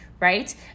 right